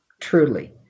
Truly